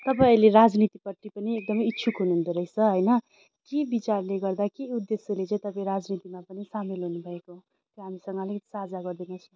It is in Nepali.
तपाईँ अहिले राजनीतिपट्टि पनि एक्दमै इच्छुक हुनुहुँदो रहेछ होइन के बिचारले गर्दा के उद्धेश्यले चाहिँ तपाईँ राजनीतिमा पनि सामेल हुनुभएको राम्रोसँगले साँझा गरिदिनुहोस् न